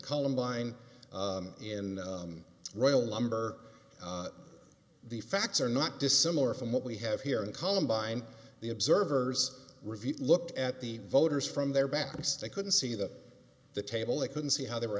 columbine in royal lumber the facts are not dissimilar from what we have here in columbine the observer's review looked at the voters from their baptist they couldn't see that the table they couldn't see how they were